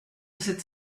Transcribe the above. cette